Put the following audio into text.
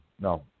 No